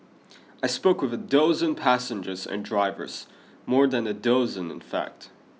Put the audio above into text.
I spoke with a dozen passengers and drivers more than a dozen in fact